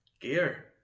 gear